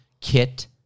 kit